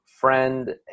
friend